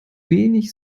wenig